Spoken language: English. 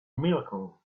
miracle